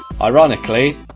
ironically